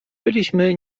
byliśmy